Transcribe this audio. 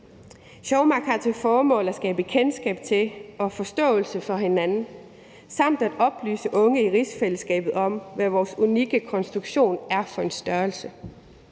Sjómaq har til formål at skabe kendskab til og forståelse for hinanden samt at oplyse unge i rigsfællesskabet om, hvad vores unikke konstruktion er for en størrelse.